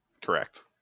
Correct